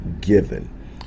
given